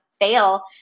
fail